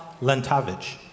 Lentavich